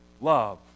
love